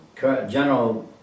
General